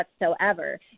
whatsoever